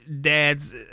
dads